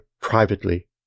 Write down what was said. privately